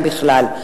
אם בכלל.